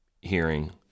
hearing